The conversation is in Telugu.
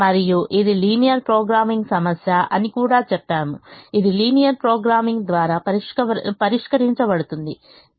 మరియు ఇది లీనియర్ ప్రోగ్రామింగ్ సమస్య అని కూడా చెప్పాము ఇది లీనియర్ ప్రోగ్రామింగ్ ద్వారా పరిష్కరించబడుతుంది